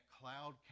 cloud